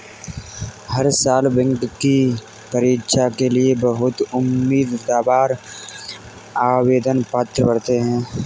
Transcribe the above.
हर साल बैंक की परीक्षा के लिए बहुत उम्मीदवार आवेदन पत्र भरते हैं